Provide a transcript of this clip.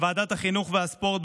ועדת החינוך והספורט,